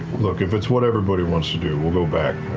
look, if it's what everybody wants to do, we'll go back.